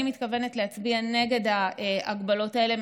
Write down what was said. אני מתכוונת להצביע נגד ההגבלות האלה,